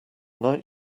night